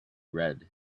read